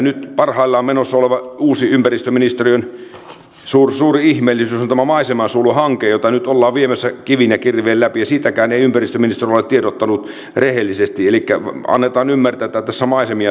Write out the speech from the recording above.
nyt parhaillaan menossa oleva uusi ympäristöministeriön suuri ihmeellisyys on tämä maisemansuojeluhanke jota nyt ollaan viemässä kivin ja kirvein läpi ja siitäkään ei ympäristöministeriö ole tiedottanut rehellisesti elikkä annetaan ymmärtää että tässä maisemia suojellaan